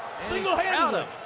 Single-handed